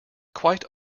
quite